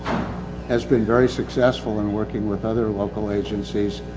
has been very successful in working with other local agencies.